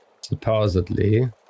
...supposedly